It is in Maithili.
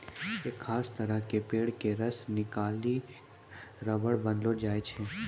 एक खास तरह के पेड़ के रस निकालिकॅ रबर बनैलो जाय छै